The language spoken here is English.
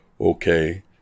Okay